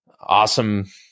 awesome